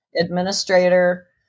administrator